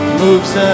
moves